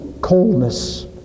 coldness